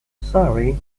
sorry